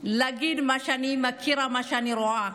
להגיד מה שאני מכירה, מה שאני רואה.